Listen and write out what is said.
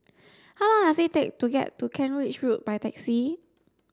how long does it take to get to Kent Ridge Road by taxi